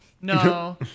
No